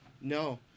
No